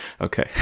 Okay